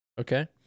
Okay